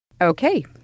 Okay